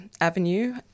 avenue